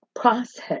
process